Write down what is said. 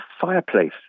fireplace